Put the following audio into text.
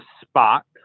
spot